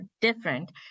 different